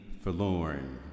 forlorn